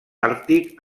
àrtic